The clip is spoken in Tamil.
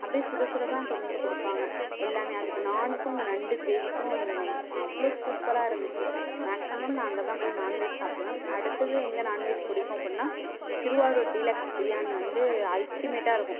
அப்படியே சுடசுடதான் கொண்டுவந்து கொடுப்பாங்க எல்லாமே அதுக்கு நானுக்கும் அந்த நண்டு கிரேவிக்கும் அவ்வளோ சூப்பராக இருந்திச்சு மேக்ஸிமம் நான் அங்கேதான் போய் நான் வெஜ் சாப்பிடுவேன் அடுத்தது எங்கே நான் வெஜ் பிடிக்கும் அப்பனா திருவாரூர் டீலக்ஸ் பிரியாணி வந்து அல்டிமேட்டாக இருக்கும்